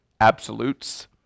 Absolutes